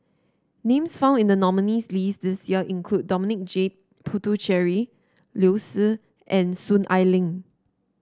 names found in the nominees' list this year include Dominic J Puthucheary Liu Si and Soon Ai Ling